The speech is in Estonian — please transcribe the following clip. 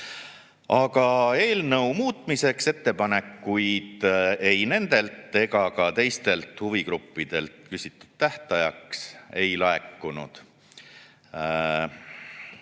Aga eelnõu muutmiseks ettepanekuid ei nendelt ega ka teistelt huvigruppidelt küsitud tähtajaks ei laekunud.